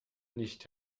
nicht